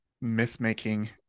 myth-making